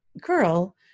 girl